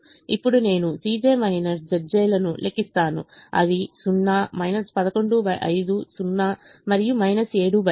ఇప్పుడు నేను Cj Zj's లను లెక్కిస్తాను అవి 0 115 0 మరియు 75